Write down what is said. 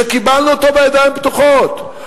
שקיבלנו אותו בידיים פתוחות,